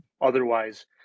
otherwise